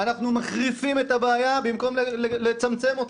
אנחנו מחריפים את הבעיה במקום לצמצם אותה.